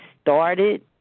started